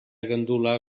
gandula